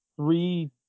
three